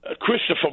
Christopher